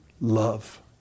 love